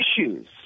issues